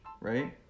Right